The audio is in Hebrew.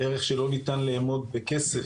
ערך שלא ניתן לאמוד בכסף,